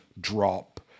drop